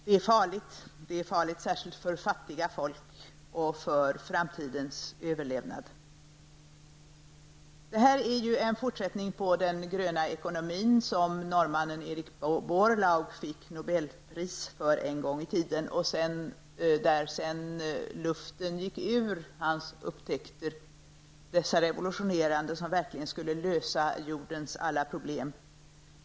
Det är farligt särskilt för fattiga folk och med tanke på överlevnaden i framtiden. Här rör det sig ju om en fortsättning av den gröna ekonomin som norrmannen Borlaug fick nobelpris för en gång i tiden. Sedan gick luften ur ballongen mycket snabbt, dessa revolutionerande upptäckter som skulle lösa jordens alla problem.